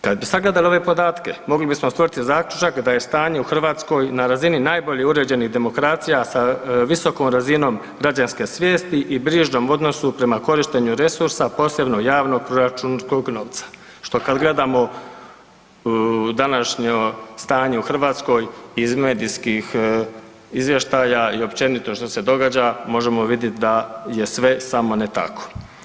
Kada bi sagledali ove podatke mogli bismo stvoriti zaključak da je stanje u Hrvatskoj na razini najbolje uređenih demokracija sa visokom razinom građanske svijesti i brižnom odnosu prema korištenju resursa posebno javnog proračunskog novca što kada gledamo današnje stanje u Hrvatskoj iz medijskih izvještaja i općenito što se događa možemo vidjeti da je sve samo ne tako.